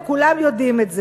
וכולם יודעים את זה.